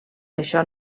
això